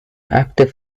active